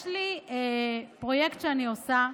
יש לי פרויקט שאני עושה.